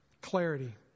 Clarity